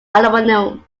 aluminum